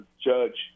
Judge